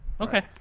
Okay